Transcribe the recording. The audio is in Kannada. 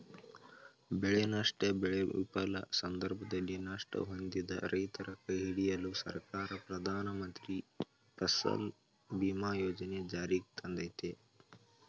ಬೆಳೆನಷ್ಟ ಬೆಳೆ ವಿಫಲ ಸಂದರ್ಭದಲ್ಲಿ ನಷ್ಟ ಹೊಂದಿದ ರೈತರ ಕೈಹಿಡಿಯಲು ಸರ್ಕಾರ ಪ್ರಧಾನಮಂತ್ರಿ ಫಸಲ್ ಬಿಮಾ ಯೋಜನೆ ಜಾರಿಗ್ತಂದಯ್ತೆ